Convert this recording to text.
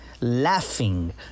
laughing